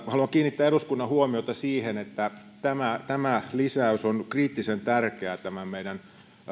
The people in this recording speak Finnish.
haluan kiinnittää eduskunnan huomiota siihen että tämä tämä lisäys on kriittisen tärkeä tämän meidän